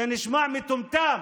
זה נשמע מטומטם.